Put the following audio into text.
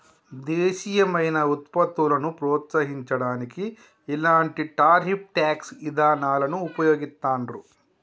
దేశీయమైన వుత్పత్తులను ప్రోత్సహించడానికి ఇలాంటి టారిఫ్ ట్యేక్స్ ఇదానాలను వుపయోగిత్తండ్రు